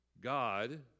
God